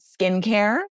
Skincare